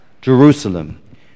Jerusalem